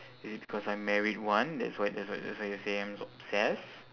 is it because I married one that's why that's why that's why you say I'm so obsessed